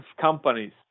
companies